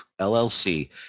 LLC